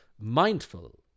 mindful